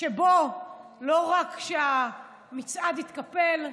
שבה לא רק שהמצעד התקפל,